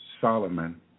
Solomon